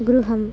गृहम्